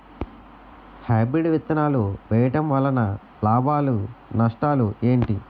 Hybrid విత్తనాలు వేయటం వలన లాభాలు నష్టాలు ఏంటి?